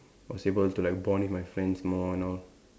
was able to like bond with my friends more and all